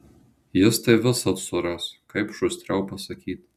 jis tai visad suras kaip šustriau pasakyt